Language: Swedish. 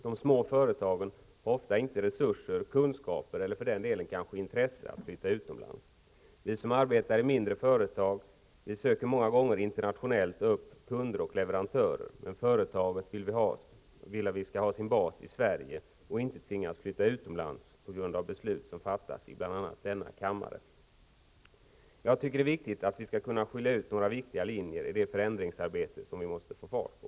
De små företagen har ofta inte resurser, kunskaper eller för den delen intresse av att flytta utomlands. Vi som arbetar i mindre företag söker många gånger upp kunder eller leverantörer internationellt, men företagen skall ha sin bas i Sverige och inte tvingas att flytta utomlands på grund av beslut som fattas bl.a. i denna kammare. Jag tycker att vi skall kunna skilja ut några viktiga linjer i det förändringsarbete vi måste få fart på.